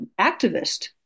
activist